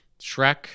Shrek